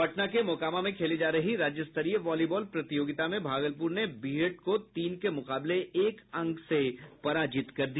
पटना के मोकामा में खेली जा रही राज्यस्तरीय वॉलीबॉल प्रतियोगिता में भागलपुर ने बिहट को तीन के मुकाबले एक अंक से पराजित किया